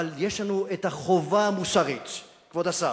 אבל יש לנו החובה המוסרית, כבוד השר,